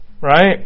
Right